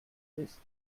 ist